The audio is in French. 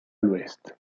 l’ouest